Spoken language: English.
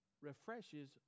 refreshes